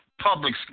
public